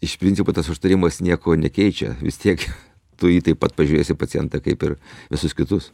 iš principo tas užtarimas nieko nekeičia vis tiek tu jį taip pat pažiūrėsi pacientą kaip ir visus kitus